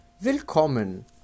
Willkommen